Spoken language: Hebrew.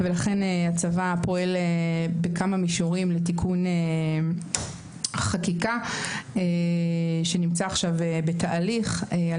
ולכן הצבא פועל בכמה מישורים לתיקון החקיקה שנמצאת עכשיו בתהליך על